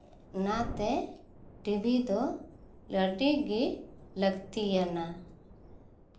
ᱚᱱᱟᱛᱮ ᱴᱤᱵᱷᱤ ᱫᱚ ᱟᱹᱰᱤᱜᱮ ᱞᱟᱹᱠᱛᱤᱭᱟᱱᱟ